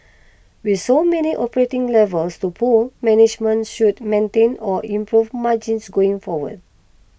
with so many operating levers to pull management should maintain or improve margins going forward